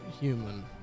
human